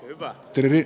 hyvä peli